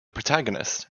protagonist